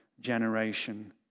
generation